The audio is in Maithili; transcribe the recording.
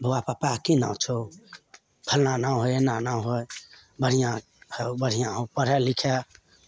बौआ पापाके की नाँओ छौ फल्लाँ नाओ हय एना एना हय बढ़िआँ हौ बढ़िआँ हौ पढ़ए लिखए